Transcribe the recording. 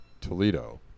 Toledo